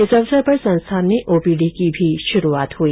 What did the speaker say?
इस अवसर पर संस्थान में ओपीडी की भी शुरूआत हुई